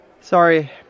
Sorry